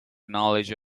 knowledge